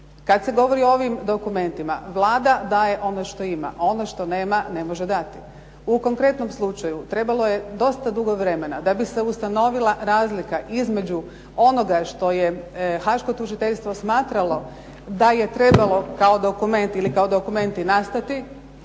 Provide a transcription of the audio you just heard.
Kad se govori o ovim dokumentima, Vlada daje ono što ima. Ono što nema, ne može dati. U konkretnom slučaju, trebalo je dosta dugo vremena da bi se ustanovila razlika između onoga što je haaško tužiteljstvo smatralo da je trebalo kao dokument ili dokumenti nastati